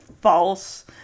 false